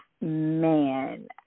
man